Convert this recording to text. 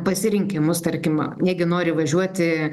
pasirinkimus tarkim negi nori važiuoti